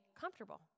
comfortable